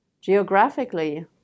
Geographically